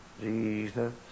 Jesus